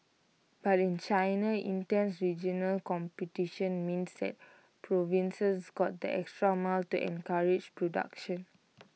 but in China intense regional competition means that provinces go the extra mile to encourage production